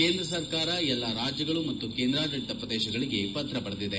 ಕೇಂದ್ರ ಸರ್ಕಾರ ಎಲ್ಲಾ ರಾಜ್ಯಗಳು ಮತ್ತು ಕೇಂದ್ರಾಡಳತ ಪ್ರದೇಶಗಳಿಗೆ ಪತ್ರ ಬರೆದಿದೆ